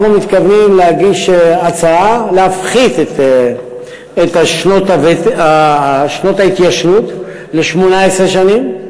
אנחנו מתכוונים להגיש הצעה להפחית את שנות ההתיישנות ל-18 שנים.